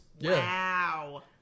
wow